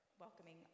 welcoming